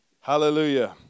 Hallelujah